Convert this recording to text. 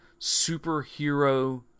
superhero